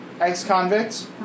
Ex-convicts